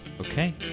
Okay